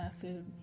food